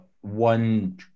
one